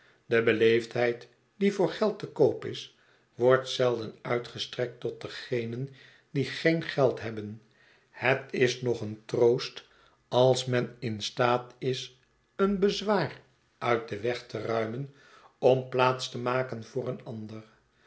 be beleefdheid die voor geld te koop is wordt zelden uitgestrekt tot degenen die geen geld hebben het is nog een troost als men in staat is een bezwaar uit den weg te ruimen om plaats te maken voor eenander een